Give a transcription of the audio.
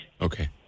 Okay